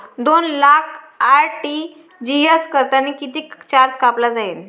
दोन लाख आर.टी.जी.एस करतांनी कितीक चार्ज कापला जाईन?